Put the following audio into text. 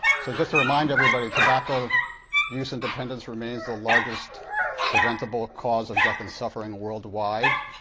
so just to remind everybody, tobacco use and dependence remains the largest preventable cause of death and suffering worldwide.